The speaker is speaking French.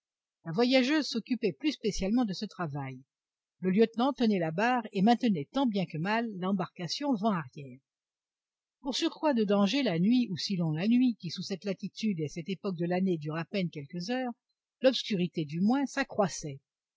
la voyageuse s'occupait plus spécialement de ce travail le lieutenant tenait la barre et maintenait tant bien que mal l'embarcation vent arrière pour surcroît de danger la nuit ou sinon la nuit qui sous cette latitude et à cette époque de l'année dure à peine quelques heures l'obscurité du moins s'accroissait